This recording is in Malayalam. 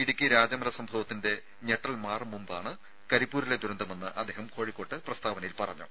ഇടുക്കി രാജമല സംഭവത്തിന്റെ ഞെട്ടൽ മാറും മുമ്പാണ് കരിപ്പൂരിലെ ദുരന്തമെന്ന് അദ്ദേഹം കോഴിക്കോട്ട് പ്രസ്താവനയിൽ പറഞ്ഞു